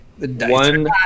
One